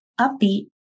upbeat